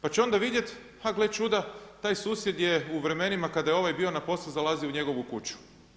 Pa će onda vidjeti, a gle čuda taj susjed je u vremenima kad je ovaj bio na poslu zalazio u njegovu kuću.